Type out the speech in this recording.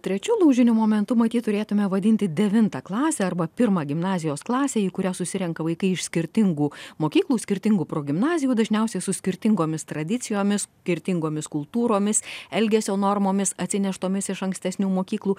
trečiu lūžiniu momentu matyt turėtume vadinti devintą klasę arba pirmą gimnazijos klasę į kurią susirenka vaikai iš skirtingų mokyklų skirtingų progimnazijų dažniausiai su skirtingomis tradicijomis kirtingomis kultūromis elgesio normomis atsineštomis iš ankstesnių mokyklų